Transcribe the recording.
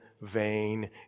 vain